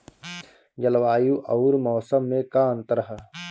जलवायु अउर मौसम में का अंतर ह?